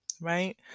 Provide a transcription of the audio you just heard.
right